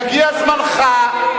חבר הכנסת אקוניס, יגיע זמנך.